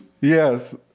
yes